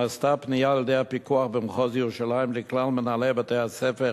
נשלחה פנייה מהפיקוח במחוז ירושלים לכלל מנהלי בתי-הספר